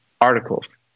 articles